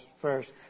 first